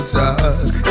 talk